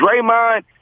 Draymond